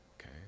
Okay